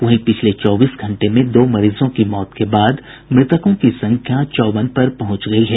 वहीं पिछले चौबीस घंटे में दो मरीजों की मौत के बाद मृतकों की संख्या चौवन पर पहुंच गयी है